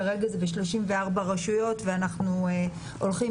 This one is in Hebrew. כרגע זה ב-34 רשויות ואנחנו הולכים,